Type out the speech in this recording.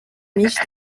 myinshi